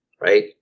Right